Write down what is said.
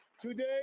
Today